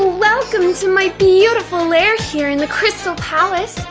welcome to my beautiful lair here in the crystal palace!